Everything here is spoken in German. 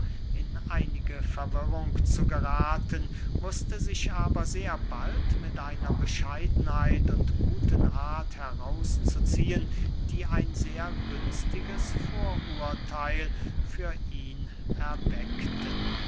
in einige verwirrung zu gerathen wußte sich aber sehr bald mit einer bescheidenheit und guten art heraus zu ziehen die ein sehr günstiges vorurtheil für ihn erweckten